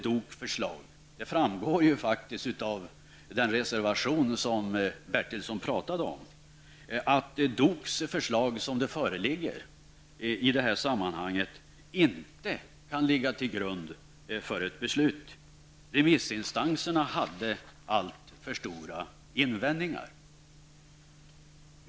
Det framgår av den reservation som Stig Bertilsson talade om att vi tycks vara överens om att DOKs förslag i detta sammanhang inte kan ligga till grund för ett beslut. Remissinstanserna hade alltför stora invändningar.